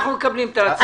אנחנו מקבלים את ההצעה.